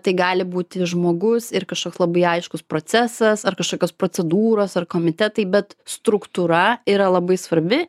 tai gali būti žmogus ir kažkoks labai aiškus procesas ar kažkokios procedūros ar komitetai bet struktūra yra labai svarbi